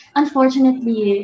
unfortunately